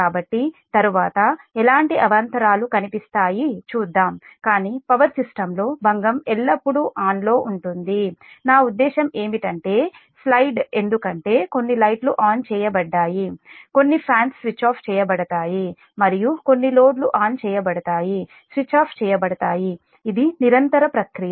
కాబట్టి తరువాత ఎలాంటి అవాంతరాలు కనిపిస్తాయి చూద్దాం కానీ పవర్ సిస్టంలో అలజడి ఎల్లప్పుడూ ఆన్లో ఉంటుంది నా ఉద్దేశ్యం ఏమిటంటే స్లైడ్ ఎందుకంటే కొన్ని లైట్లు ఆన్ చేయబడ్డాయి కొన్ని ఫ్యాన్స్ స్విచ్ ఆఫ్ చేయబడతాయి మరియు కొన్ని లోడ్లు ఆన్ చేయబడతాయి స్విచ్ ఆఫ్ చేయబడతాయి ఇది నిరంతర ప్రక్రియ